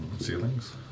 ceilings